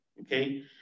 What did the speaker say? okay